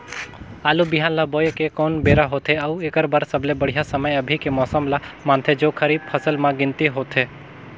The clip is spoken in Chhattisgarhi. आलू बिहान ल बोये के कोन बेरा होथे अउ एकर बर सबले बढ़िया समय अभी के मौसम ल मानथें जो खरीफ फसल म गिनती होथै?